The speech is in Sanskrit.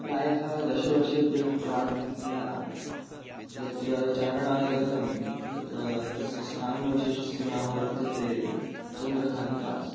प्रायः दशवर्षेभ्यः प्राक् मया यत्र चारणाय गतं तत्र तस्य स्थानविशेषस्य नाम वर्तते चन्द्रखानीपास्